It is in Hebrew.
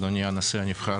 אדוני הנשיא הנבחר,